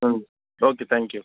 ம் okay thank you